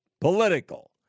political